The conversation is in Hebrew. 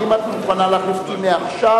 האם את מוכנה להחליף אותי מעכשיו,